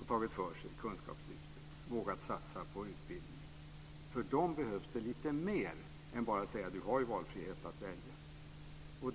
och tagit för sig i Kunskapslyftet, inte har vågat satsa på utbildning - behövs det lite mer än att bara säga: Du har ju valfrihet och kan välja.